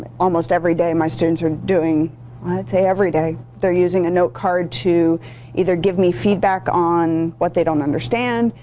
almost every day my students are doing i'd say every day they're using a note card to either give me feedback on what they don't understand,